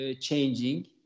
changing